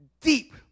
deep